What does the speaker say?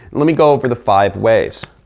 let me go over the five ways.